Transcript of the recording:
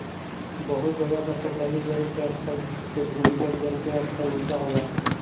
बहुत जगह पर सतही जल के स्तर से भूमिगत जल के स्तर ऊँचा होवऽ हई